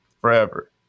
forever